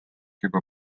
juba